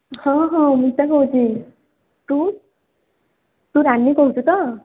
ହଁ ହଁ ମିତା କହୁଛି ତୁ ତୁ ରାନୀ କହୁଛୁ ତ